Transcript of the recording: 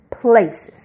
places